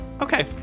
Okay